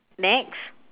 next